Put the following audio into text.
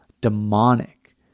demonic